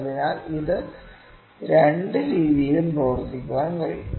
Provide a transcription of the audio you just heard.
അതിനാൽ ഇത് രണ്ട് രീതിയിലും പ്രവർത്തിക്കാൻ കഴിയും